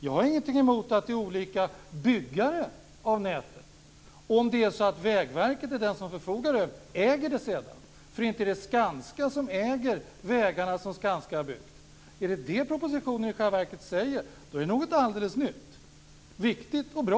Jag har ingenting emot att det är olika byggare av nätet, om Vägverket som förfogar över det sedan äger det. Inte är det Skanska som äger vägarna som Skanska byggt. Det är något alldeles nytt om det är det propositionen säger - naturligtvis viktigt och bra.